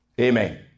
Amen